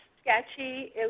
sketchy